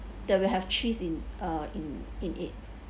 they will have cheese in uh in in it